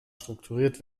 strukturiert